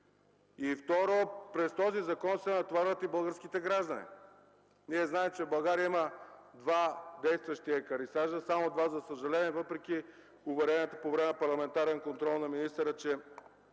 И второ, през този закон се натоварват и българските гражданите. Ние знаем, че в България има само два действащи екарисажа. Само два, за съжаление, въпреки уверението по време на парламентарен контрол на министъра, че